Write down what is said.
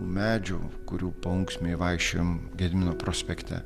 medžių kurių paunksmėj vaikščiojom gedimino prospekte